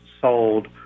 sold